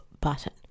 button